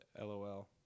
LOL